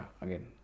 again